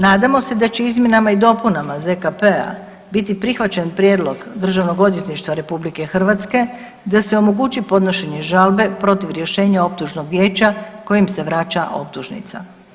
Nadamo se da izmjenama i dopunama ZKP-a biti prihvaćen prijedlog Državnog odvjetništva RH da se omogući podnošenje žalbe protiv rješenja optužnog vijeća kojim se vraća optužnica.